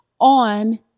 on